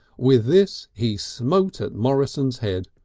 with this he smote at morrison's head.